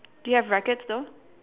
do you have rackets though